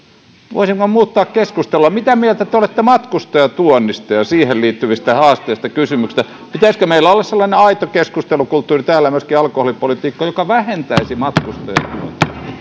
voisimmeko muuttaa keskustelua siihen mitä mieltä te te olette matkustajatuonnista ja siihen liittyvistä haasteista kysymyksestä pitäisikö meillä olla sellainen aito keskustelukulttuuri täällä myöskin alkoholipolitiikasta joka vähentäisi matkustajatuontia